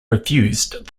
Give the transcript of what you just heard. refused